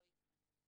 זה לא יקרה.